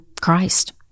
christ